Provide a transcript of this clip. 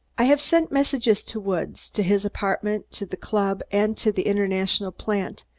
i have sent messages to woods, to his apartment, to the club and to the international plant,